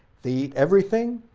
they eat everything,